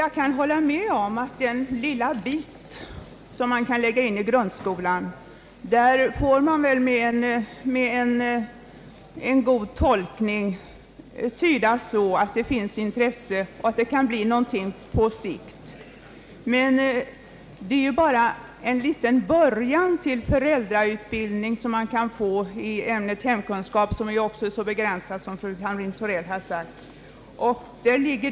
Jag kan hålla med honom om att man med en välvillig tolkning kan tyda den lilla bit av undervisning som läggs in i grundskolan såsom ett visst intresse hos utskottet och så att någonting kan bli gjort på sikt. Men det är ändå bara en liten början på en föräldrautbildning som man kan få i ämnet hemkunskap, vilket ju är ett så begränsat ämne tidsmässigt i skolan, som fru Hamrin-Thorell här har sagt.